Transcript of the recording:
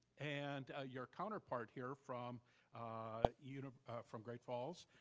and ah your counterpart here from ah you know from great falls,